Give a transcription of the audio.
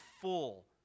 full